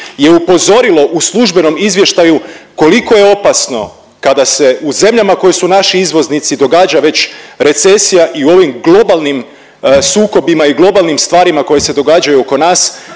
je upozorilo u službenom izvještaju koliko je opasno kada se u zemljama koje su naši izvoznici događa već recesija i u ovim globalnim sukobima i globalnim stvarima koje se događaju oko nas,